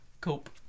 cope